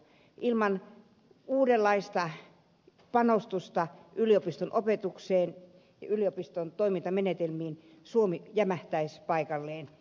ilman uudenlaista panostusta yliopiston opetukseen ja yliopiston toimintamenetelmiin suomi jämähtäisi paikalleen